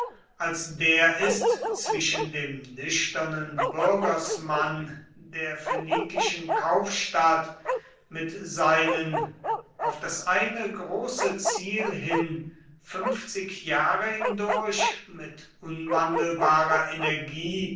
als der ist zwischen dem nüchternen bürgersmann der phönikischen kaufstadt mit seinen auf das eine große ziel hin fünfzig jahre hindurch mit unwandelbarer energie